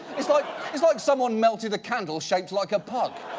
it's like it's like someone melted a candle shaped like a pug.